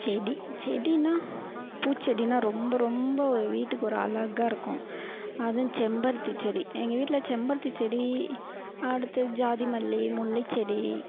செடி செடின்னா பூச்செடின்னா ரொம்ப ரொம்ப வீட்டுக்கு ஒரு அழகா இருக்கும் அதுவும் செம்பருத்தி செடி எங்கள் வீட்டில் செம்பருத்தி செடி அடுத்தது ஜாதி மல்லி முல்லைச்செடி